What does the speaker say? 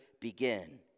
begin